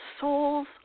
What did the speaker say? soul's